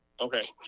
okay